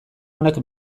onak